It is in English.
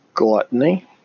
Gluttony